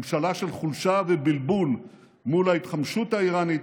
ממשלה של חולשה ובלבול מול ההתחמשות האיראנית,